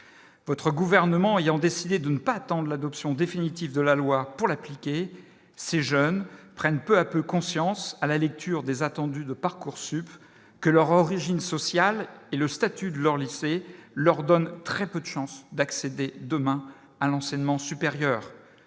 votre gouvernement il y a, ont décidé de ne pas attendent l'adoption définitive de la loi pour l'appliquer ces jeunes prennent peu à peu conscience, à la lecture des attendus de Parcoursup que leur origine sociale et le statut de leur laisser leur donne très peu d'chance d'accéder demain à l'enseignement supérieur,